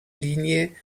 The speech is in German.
linie